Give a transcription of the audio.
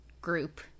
group